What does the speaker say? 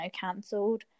cancelled